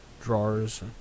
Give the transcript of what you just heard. Drawers